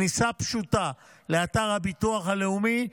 כניסה פשוטה לאתר הביטוח הלאומי,